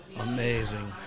Amazing